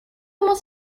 most